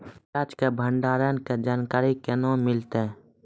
प्याज के भंडारण के जानकारी केना मिलतै?